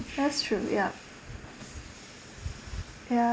that's true yup ya